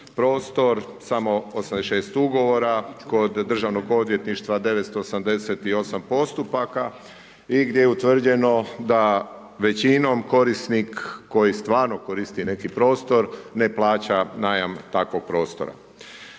samo 86 ugovora kod Državnog odvjetništva 988 postupaka i gdje je utvrđeno da većinom korisnik koji stvarno koristi neki prostor ne plaća najam takvog prostora.